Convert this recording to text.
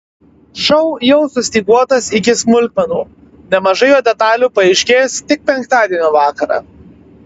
šou jau sustyguotas iki smulkmenų nemažai jo detalių paaiškės tik penktadienio vakarą